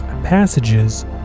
Passages